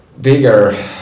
bigger